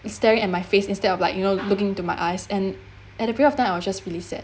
staring at my face instead of like you know looking to my eyes and at that period of time I was just really sad